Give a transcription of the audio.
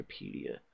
Wikipedia